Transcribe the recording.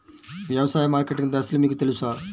వ్యవసాయ మార్కెటింగ్ దశలు మీకు తెలుసా?